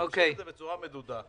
משתמשים בזה בצורה מדודה.